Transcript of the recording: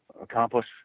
accomplish